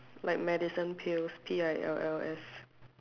like medicine pills P I L L S